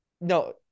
no